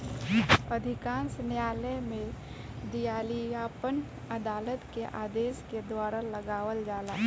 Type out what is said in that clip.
अधिकांश न्यायालय में दिवालियापन अदालत के आदेश के द्वारा लगावल जाला